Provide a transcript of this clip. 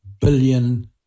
billion